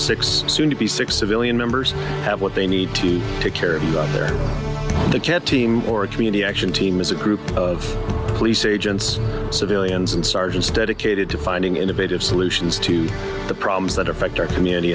six soon to be six civilian members have what they need to take care of you out there the cat team or a community action team is a group of police agents civilians and sergeants dedicated to finding innovative solutions to the problems that affect our community